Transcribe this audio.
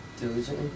Diligently